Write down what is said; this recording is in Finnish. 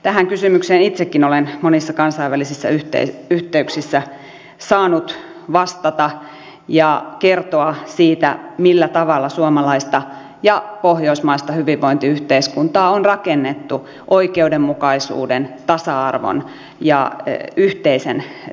tähän kysymykseen itsekin olen monissa kansainvälisissä yhteyksissä saanut vastata ja kertoa siitä millä tavalla suomalaista ja pohjoismaista hyvinvointiyhteiskuntaa on rakennettu oikeudenmukaisuuden tasa arvon ja yhteisen tekemisen tavoin